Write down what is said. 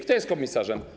Kto jest komisarzem?